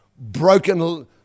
broken